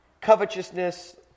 Covetousness